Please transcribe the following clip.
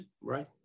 Right